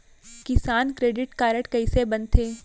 किसान credit card कइसे बनथे?